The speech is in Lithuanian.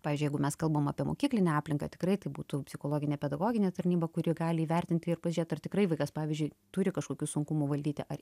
pavyzdžiui jeigu mes kalbam apie mokyklinę aplinką tikrai tai būtų psichologinė pedagoginė tarnyba kuri gali įvertinti ir pažiūrėt ar tikrai vaikas pavyzdžiui turi kažkokių sunkumų valdyti ar